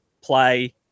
play